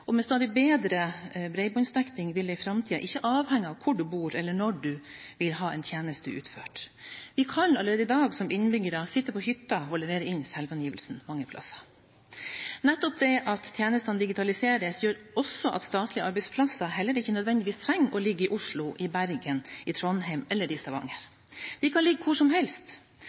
og med stadig bedre bredbåndsdekning vil det i framtiden ikke avhenge av hvor du bor eller når du vil ha en tjeneste utført. Vi kan allerede i dag som innbyggere sitte på hytta og levere inn selvangivelsen mange plasser. Nettopp det at tjenestene digitaliseres, gjør også at statlige arbeidsplasser heller ikke nødvendigvis trenger å ligge i Oslo, i Bergen, i Trondheim eller i Stavanger. De kan ligge hvor som helst.